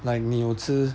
like 你有吃